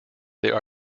there